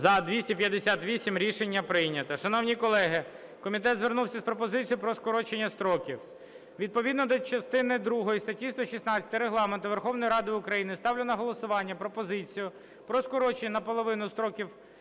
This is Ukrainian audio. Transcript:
За-258 Рішення прийнято. Шановні колеги, комітет звернувся з пропозицією про скорочення строків. Відповідно до частини другої статті 116 Регламенту Верховної Ради України, ставлю на голосування пропозицію про скорочення наполовину строків